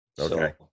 Okay